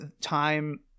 time